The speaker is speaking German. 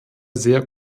sehr